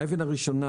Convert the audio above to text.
האבן הראשונה,